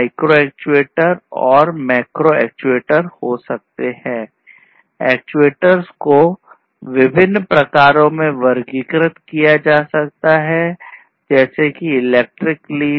actuators को विभिन्न प्रकारों में वर्गीकृत किया जा सकता है जैसे कि इलेक्ट्रिक लीनियर